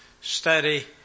study